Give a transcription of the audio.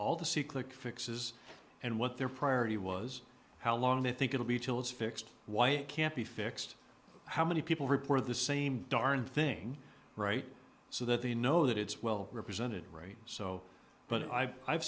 all the c click fixes and what their priority was how long they think it'll be till it's fixed why it can't be fixed how many people report the same darn thing right so that they know that it's well represented right so but i've i've